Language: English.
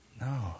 No